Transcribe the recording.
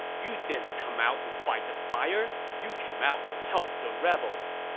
you didn't come out to fight the fire you came out to help the rebels.